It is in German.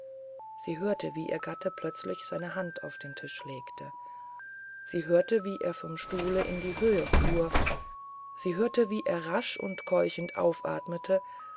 aberhobihreaugennichtvondembriefeempor siehörte wie ihr gatte plötzlich seine hand auf den tisch legte sie hörte wie er vom stuhle in die höhe fuhr sie hörte wie er rasch und keuchend aufatmete